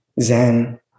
Zen